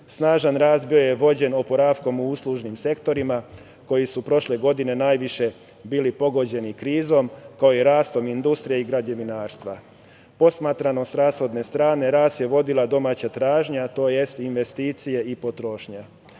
Snažan … je vođen oporavkom u uslužnim sektorima koji su prošle godine najviše bili pogođeni krizom, kao i rastom industrije i građevinarstva. Posmatrano s rashodne strane, rast je vodila domaća tražnja, tj. investicije i potrošnja.